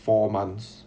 four months